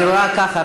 אני רואה ככה,